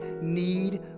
need